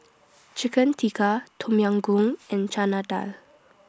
Chicken Tikka Tom Yam Goong and Chana Dal